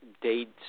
dates